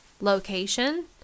location